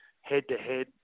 head-to-head